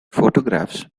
photographs